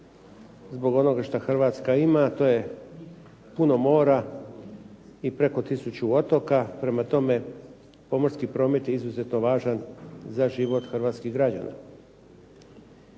zbog onoga što Hrvatska ima a to je puno mora i preko tisuću otoka. Prema tome, pomorski promet je izuzetno važan za život hrvatskih građana.